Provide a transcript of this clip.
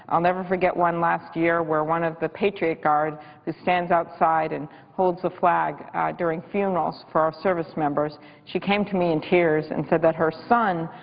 um never forget one last year where one of the patriot guard who stands outside and holds the flag during funerals for our service members, she came to me in tears and said that her son